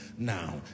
Now